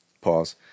pause